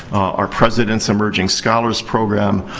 our president's emerging scholar's program,